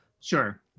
Sure